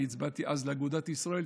אני הצבעתי אז לאגודת ישראל,